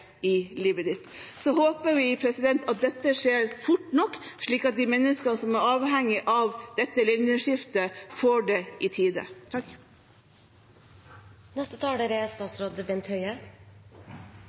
i livet ditt. Så håper vi at dette skjer fort nok, slik at de menneskene som er avhengige av dette linjeskiftet, får det i